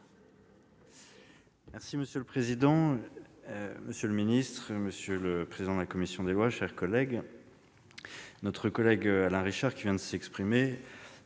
Monsieur le président, monsieur le ministre, monsieur le président de la commission des lois, mes chers collègues, notre éminent collègue Alain Richard, qui vient de s'exprimer,